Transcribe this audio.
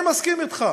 ואני מסכים אתך